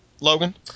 Logan